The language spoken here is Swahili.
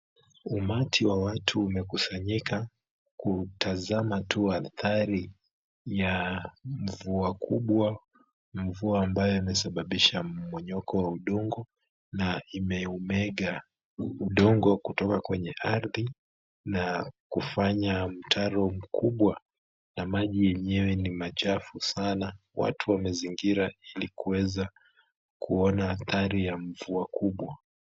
Umati wa watu wamekusanyika kutazama tu athari ya mvua kubwa, mvua ambayo imesababisha mmomonyoko wa udongo na imeumega udongo kutoka kwenye ardhi na kufanya mtaro mkubwa, na maji yenyewe ni machafu sana, watu wamezingira ili kuweza kuona athari ya mvua kubwa.